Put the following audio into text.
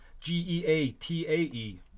G-E-A-T-A-E